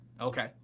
Okay